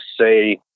say